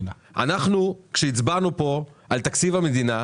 כשאנחנו הצבענו פה על תקציב המדינה,